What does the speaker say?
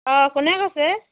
অঁ কোনে কৈছে